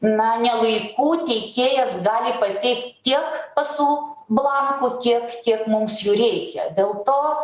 na ne laiku teikėjas gali pateikt tiek pasų blankų tiek kiek mums jų reikia dėl to